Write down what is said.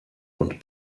und